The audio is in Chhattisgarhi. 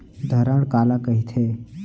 धरण काला कहिथे?